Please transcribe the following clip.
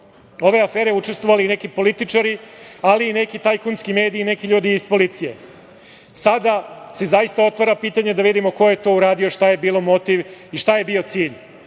ove afere učestvovali i neki političari, ali i neki tajkunski mediji i neki ljudi iz policije. Sada se otvara pitanje da vidimo ko je to uradio, šta je bilo motiv i šta je bio cilj.